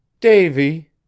Davy